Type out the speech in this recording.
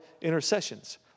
intercessions